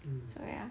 mm